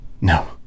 No